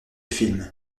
film